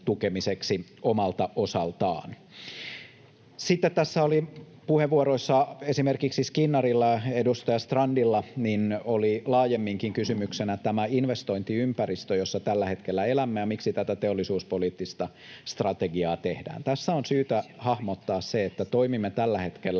omalta osaltaan. Sitten tässä oli puheenvuoroissa esimerkiksi edustaja Skinnarilla ja edustaja Strandilla laajemminkin kysymyksenä tämä investointiympäristö, jossa tällä hetkellä elämme, ja se, miksi tätä teollisuuspoliittista strategiaa tehdään. Tässä on syytä hahmottaa se, että toimimme tällä hetkellä